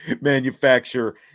manufacture